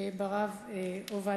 גם ברב עובדיה.